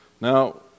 Now